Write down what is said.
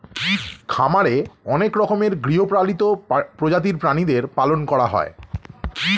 খামারে অনেক রকমের গৃহপালিত প্রজাতির প্রাণীদের পালন করা হয়